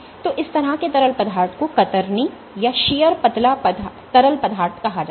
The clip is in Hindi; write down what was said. तो इस तरह के तरल पदार्थ को कतरनीशीयर पतला तरल पदार्थ कहा जाता है